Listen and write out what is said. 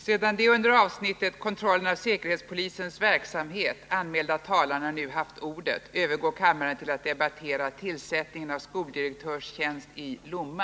Sedan de under avsnittet Kontrollen av säkerhetspolisens verksamhet anmälda talarna nu haft ordet övergår kammaren till att debattera Tillsättningen av skoldirektörstjänst i Lomma.